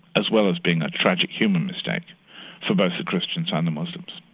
as well as being a tragic human mistake for both the christians and the muslims.